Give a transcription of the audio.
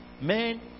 man